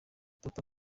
papa